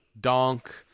Donk